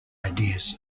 ideas